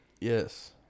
Yes